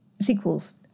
sequels